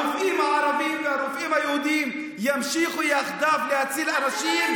הרופאים הערבים והרופאים היהודים ימשיכו יחדיו להציל אנשים,